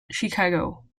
chicago